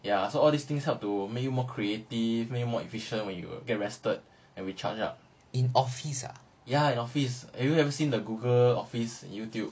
ya so all these things help to make you more creative make you more efficient when you get rested and recharge ah ya in office have you ever seen the google office on youtube